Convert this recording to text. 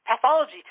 pathology